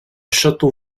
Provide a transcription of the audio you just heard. château